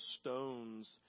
stones